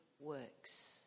works